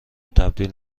تبدیل